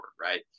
right